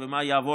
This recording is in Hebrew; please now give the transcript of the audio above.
הצעת